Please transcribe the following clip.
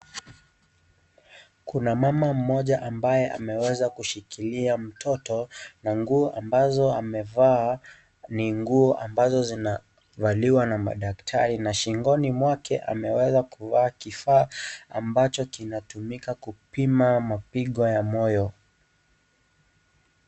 Kuna mama ambaye ameweza kushikilia mtoto na nguo ambazo amevaa, ni nguo ambazo zinavaliwa na madaktari na shingoni mwake, ameweza kuvaa kifaa, ambacho kinatumika kupima mapigo ya moyo.